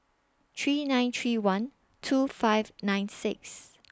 three nine three one two five nine six